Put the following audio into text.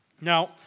Now